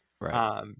Right